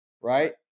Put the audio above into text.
right